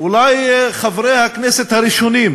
אולי חברי הכנסת הראשונים